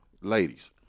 ladies